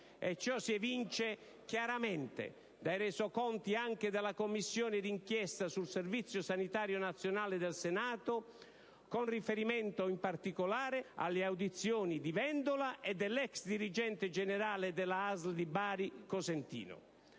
ciò si evince chiaramente dai Resoconti anche della Commissione d'inchiesta sul Servizio sanitario nazionale del Senato, con riferimento in particolare alle audizioni di Vendola e dell'ex dirigente generale della ASL di Bari Cosentino.